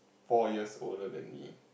four years' older than me